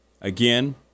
Again